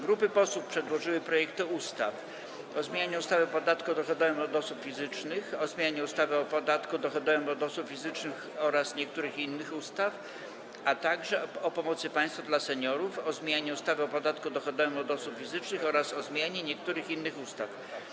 Grupy posłów przedłożyły projekty ustaw: - o zmianie ustawy o podatku dochodowym od osób fizycznych, - o zmianie ustawy o podatku dochodowym od osób fizycznych oraz niektórych innych ustaw, - o pomocy państwa dla seniorów, o zmianie ustawy o podatku dochodowym od osób fizycznych oraz o zmianie niektórych innych ustaw.